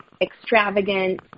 extravagant